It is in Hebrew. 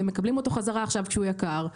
והם מקבלים אותו עכשיו כשהוא יקר,